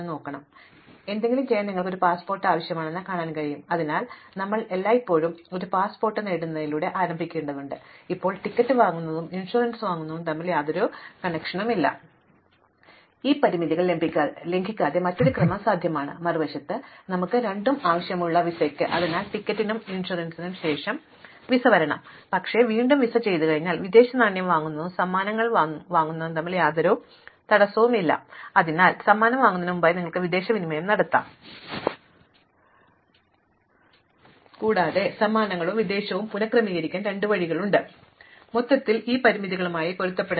കാരണം ഈ ഡിപൻഡൻസികൾ ഒരു ടാസ്ക്കിൽ നിന്ന് മറ്റൊരു ടാസ്കിലേക്കാണ് ഇത് ഒരു സമമിതി ആശ്രയത്വമല്ല കൂടാതെ ചക്രങ്ങളില്ല